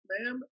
ma'am